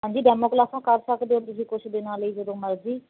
ਹਾਂਜੀ ਡੈਮੋ ਕਲਾਸਾਂ ਕਰ ਸਕਦੇ ਹੋ ਤੁਸੀਂ ਕੁਛ ਦਿਨਾਂ ਲਈ ਜਦੋਂ ਮਰਜ਼ੀ